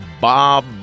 Bob